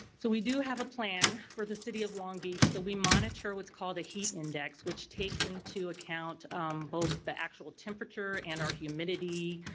so we do have a plan for the city of long beach so we monitor what's called a heat index which takes into account um both the actual temperature and our humidity.